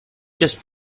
just